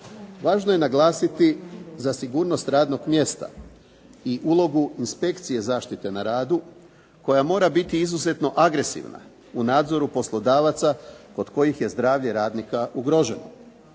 Važno je naglasiti za sigurnost radnog mjesta i ulogu inspekcije zaštite na radu koja mora biti izuzetno agresivna u nadzoru poslodavaca kod kojih je zdravlje radnika ugroženo.